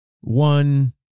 one